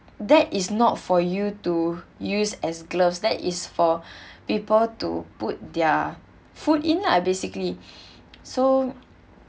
that is not for you to use as gloves that is for people to put their food in lah basically so